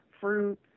fruit